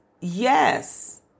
Yes